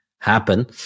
happen